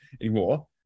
anymore